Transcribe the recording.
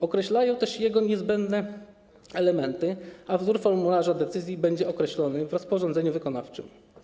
Określają one też jego niezbędne elementy, a wzór formularza decyzji będzie określony w rozporządzeniu wykonawczym.